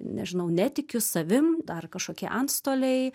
nežinau netikiu savim dar kažkokie antstoliai